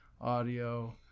audio